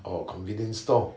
or convenience store